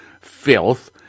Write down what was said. filth